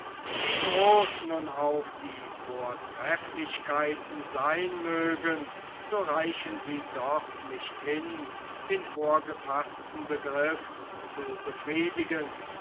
wie groß nun auch die vortrefflichkeiten sehn mögen so reichen sie doch nicht hin den vorgefaßten begriff zu befriedigen